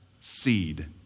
seed